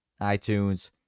iTunes